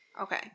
Okay